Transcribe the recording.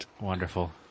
Wonderful